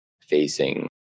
facing